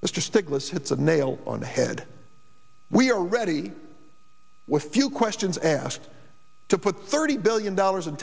is just eclipse hits the nail on the head we are ready with few questions asked to put thirty billion dollars in